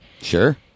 Sure